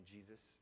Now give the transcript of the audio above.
Jesus